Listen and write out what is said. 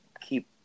keep